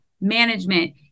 management